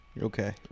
Okay